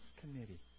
committee